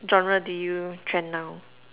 genre do you trend now